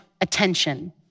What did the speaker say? attention